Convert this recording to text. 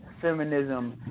feminism